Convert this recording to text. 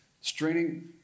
straining